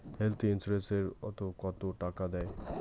Health insurance ওত কত টাকা দেয়?